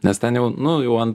nes ten jau nu jau ant